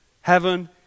Heaven